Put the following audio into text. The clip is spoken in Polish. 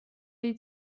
jej